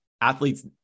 athletes